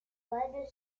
bud